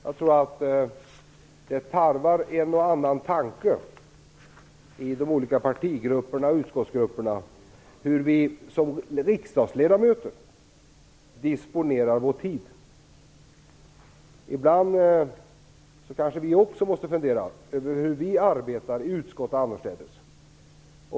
Jag tror att det tarvar en och annan tanke i de olika partigrupperna och utskottsgrupperna hur vi som riksdagsledamöter disponerar vår tid. Ibland kanske vi måste fundera över hur vi arbetar i utskott och annorstädes.